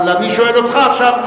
אבל אני שואל אותך עכשיו,